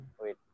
Wait